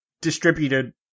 distributed